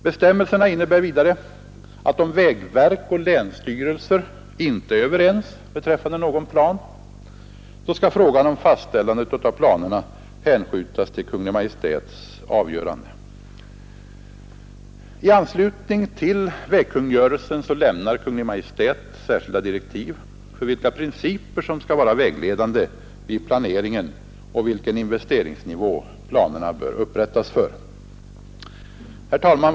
Bestämmelserna innebär vidare att om vägverk och länsstyrelser inte är överens beträffande någon plan skall frågan om fastställandet av planen hänskjutas till Kungl. Maj:ts avgörande. I anslutning till vägkungörelsen lämnar Kungl. Maj:t särskilda direktiv om vilka principer som skall vara vägledande för planeringen och vilken investeringsnivå planerna bör upprättas för. Herr talman!